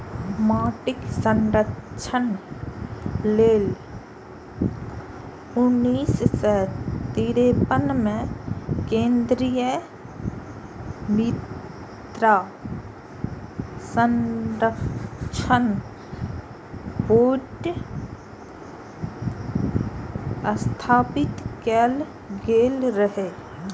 माटिक संरक्षण लेल उन्नैस सय तिरेपन मे केंद्रीय मृदा संरक्षण बोर्ड स्थापित कैल गेल रहै